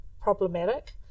problematic